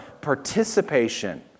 participation